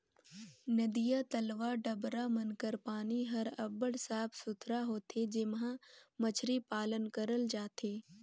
नदिया, तलवा, डबरा मन कर पानी हर अब्बड़ साफ सुथरा होथे जेम्हां मछरी पालन करल जाथे